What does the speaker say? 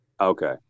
Okay